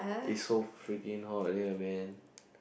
is so freaking hot here man